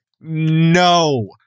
no